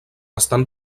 estan